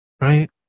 right